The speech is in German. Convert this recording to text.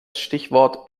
stichwort